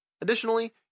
Additionally